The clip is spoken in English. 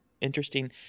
interesting